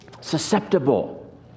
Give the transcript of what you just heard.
susceptible